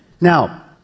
Now